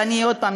ועוד פעם,